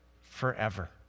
forever